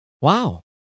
wow